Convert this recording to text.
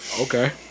Okay